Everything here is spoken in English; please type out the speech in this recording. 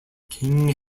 king